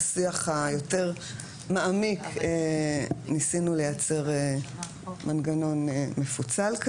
בשיח היותר מעמיק ניסינו לייצר מנגנון מפוצל.